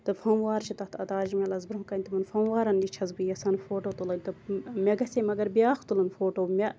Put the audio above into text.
تہٕ فموار چھِ تتھ تاج مَحلَس برونٛہہ کَنہ تِمَن فموارَن نِش چھَس بہٕ یَژھان فوٹو تُلٕنۍ تہٕ مےٚ گَژھِ ہے مگر بیاکھ تُلُن فوٹو مےٚ